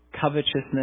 covetousness